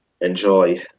enjoy